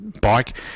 bike